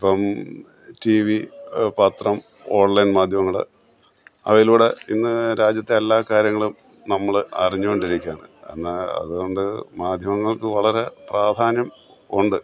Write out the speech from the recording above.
ഇപ്പോള് TV പത്രം online മാധ്യമങ്ങള് അവയിലൂടെ ഇന്ന് രാജ്യത്തെ എല്ലാ കാര്യങ്ങളും നമ്മള് അറിഞ്ഞുകൊണ്ടിരിക്കുകയാണ് കാരണം അതുകൊണ്ട് മാധ്യമങ്ങൾക്ക് വളരെ പ്രാധാന്യം ഉണ്ട്